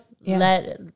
let